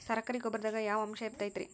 ಸರಕಾರಿ ಗೊಬ್ಬರದಾಗ ಯಾವ ಅಂಶ ಇರತೈತ್ರಿ?